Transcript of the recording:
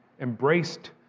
embraced